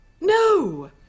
No